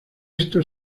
esto